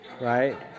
right